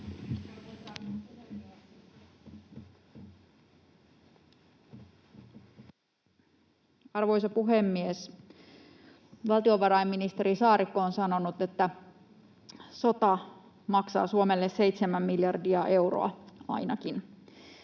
Arvoisa puhemies! Valtiovarainministeri Saarikko on sanonut, että sota maksaa Suomelle ainakin seitsemän miljardia euroa.